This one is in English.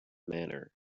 manner